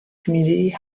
community